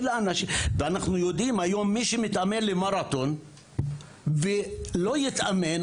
אנחנו יודעים שהיום מי שמתאמן למרתון ולא יתאמן,